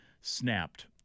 snapped